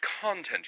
content